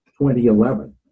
2011